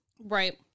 Right